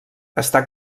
està